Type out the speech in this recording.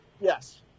Yes